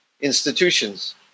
institutions